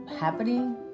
happening